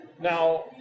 Now